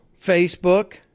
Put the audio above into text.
Facebook